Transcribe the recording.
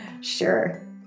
Sure